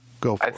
Go